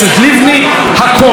הכול הוצע לו, הכול: